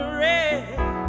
red